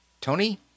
Tony